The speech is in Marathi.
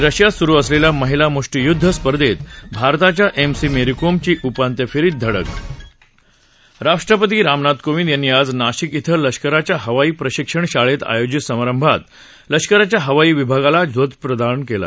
रशियात सुरु असलेल्या महिला मुष्टीयुद्ध स्पर्धेत भारताच्या एम सी मेरीकोमची उपांत्य फेरीत धडक राष्ट्रपती रामनाथ कोविंद यांनी आज नाशिक इथं लष्कराच्या हवाई प्रशिक्षण शाळेत आयोजित समारंभात लष्कराच्या हवाई विभागाला ध्वजप्रदान केला